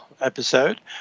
episode